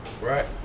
Right